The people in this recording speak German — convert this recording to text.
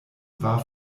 war